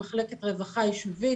עם מחלקת רווחה יישובית.